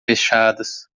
fechadas